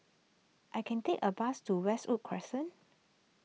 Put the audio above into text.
I can take a bus to Westwood Crescent